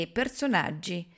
personaggi